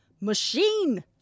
machine